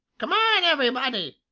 come on, everybody!